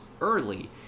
early